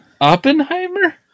Oppenheimer